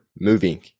moving